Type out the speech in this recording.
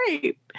great